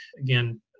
Again